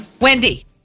Wendy